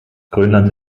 grönland